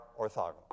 orthogonal